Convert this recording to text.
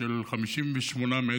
של 58 מטר,